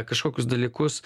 kažkokius dalykus